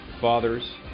fathers